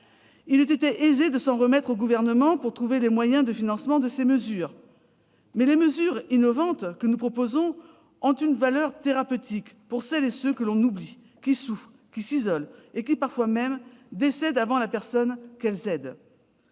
Il eût été aisé de s'en remettre à lui pour trouver les moyens de financer ces actions. Mais les mesures innovantes que nous proposons ont une valeur thérapeutique pour celles et ceux que l'on oublie, qui souffrent, qui s'isolent, et qui parfois même décèdent avant la personne qu'ils aident.